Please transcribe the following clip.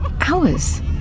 Hours